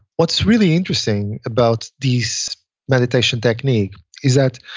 what's really interesting about these meditation technique is that